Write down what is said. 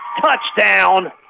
touchdown